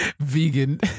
Vegan